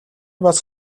бас